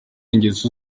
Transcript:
ingeso